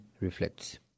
reflects